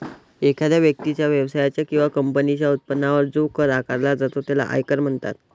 एखाद्या व्यक्तीच्या, व्यवसायाच्या किंवा कंपनीच्या उत्पन्नावर जो कर आकारला जातो त्याला आयकर म्हणतात